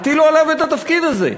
הטילו עליו את התפקיד הזה.